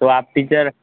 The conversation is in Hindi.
तो आप टीचर्स